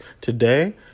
today